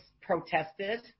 protested